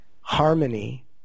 harmony